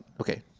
Okay